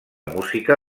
música